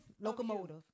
Locomotive